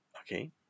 Okay